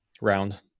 round